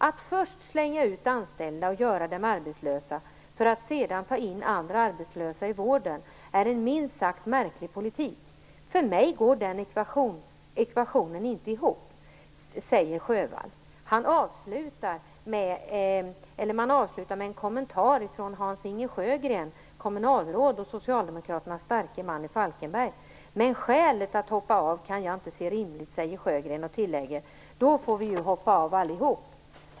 Att först slänga ut anställda och göra dem arbetslösa för att sedan ta in andra arbetslösa i vården är en minst sagt märklig politik. För mig går den ekvationen inte ihop, säger Sjövall." Man avslutar med en kommentar från Hans-Inge "Men skälet att hoppa av kan jag inte se som rimligt, säger Sjögren och tillägger: - Då får vi ju hoppa av alltihop!"